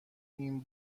این